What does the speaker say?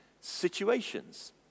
situations